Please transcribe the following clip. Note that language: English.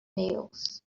nails